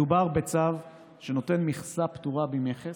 מדובר בצו שנותן מכסה פטורה ממכס,